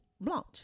blanche